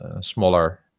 smaller